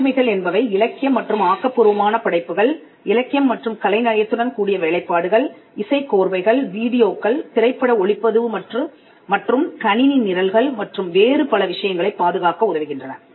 காப்புரிமைகள் என்பவை இலக்கியம் மற்றும் ஆக்கப்பூர்வமான படைப்புகள் இலக்கியம் மற்றும் கலைநயத்துடன் கூடிய வேலைப்பாடுகள் இசை கோர்வைகள் வீடியோக்கள் திரைப்பட ஒளிப்பதிவு மற்றும் கணினி நிரல்கள் மற்றும் வேறு பல விஷயங்களைப் பாதுகாக்க உதவுகின்றன